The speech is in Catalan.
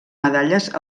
medalles